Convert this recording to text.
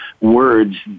words